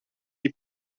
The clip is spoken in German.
die